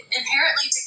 inherently